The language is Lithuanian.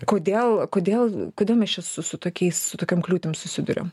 kodėl kodėl kodėl mes čia su su tokiais tokiom kliūtim susiduriam